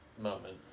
moment